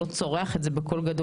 הוא לא צורח את זה בקול גדול.